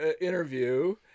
interview